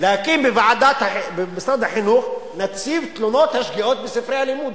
להקים במשרד החינוך נציב תלונות השגיאות בספרי הלימוד.